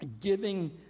giving